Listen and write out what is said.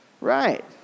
Right